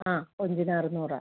ആ ഒരു കിലോ അറുന്നൂറാണ്